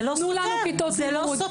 זה לא סותר, זה לא סותר.